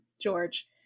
George